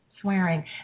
swearing